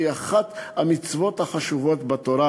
שהיא אחת המצוות החשובות בתורה,